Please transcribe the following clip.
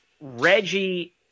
Reggie